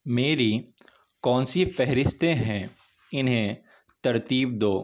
میری کون سی فہرستیں ہیں انہیں ترتیب دو